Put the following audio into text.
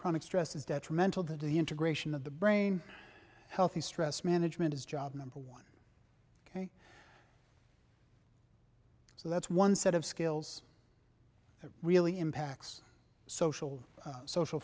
chronic stress is detrimental to the integration of the brain healthy stress management is job number one ok so that's one set of skills that really impacts social social